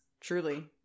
Truly